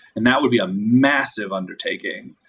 and that will be a massive undertaking.